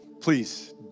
please